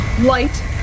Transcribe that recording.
light